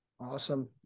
Awesome